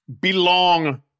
belong